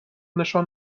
نشان